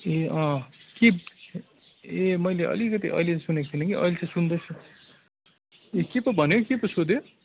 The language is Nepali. ए अँ के ए मैले अलिकति अहिले सुनेको थिएन कि अहिले चाहिँ सुन्दैछु ए के पो भन्यौँ के पो सोध्यौँ